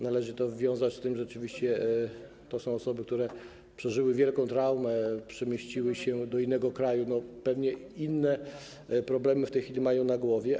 Należy to wiązać rzeczywiście z tym, że to są osoby, które przeżyły wielką traumę, przemieściły się do innego kraju, pewnie inne problemy w tej chwili mają na głowie.